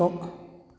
द'